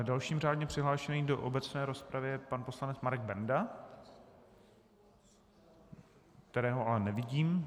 Dalším řádně přihlášeným do obecné rozpravy je pan poslanec Marek Benda kterého ale nevidím.